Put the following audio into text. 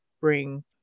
bring